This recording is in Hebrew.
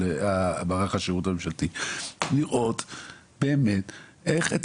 של מערך השירות הממשלתי: לראות איך להטמיע